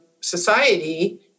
society